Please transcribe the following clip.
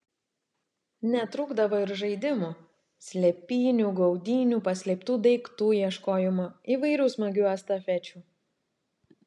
netrūkdavo ir žaidimų slėpynių gaudynių paslėptų daiktų ieškojimo įvairių smagių estafečių